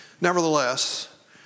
Nevertheless